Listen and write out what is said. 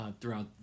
throughout